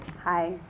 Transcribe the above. Hi